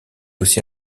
aussi